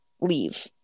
leave